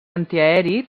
antiaeri